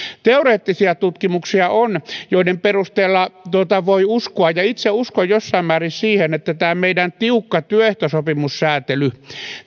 teoreettisia tutkimuksia on joiden perusteella voi uskoa ja itse uskon jossain määrin siihen että tämä meidän tiukka työehtosopimussäätely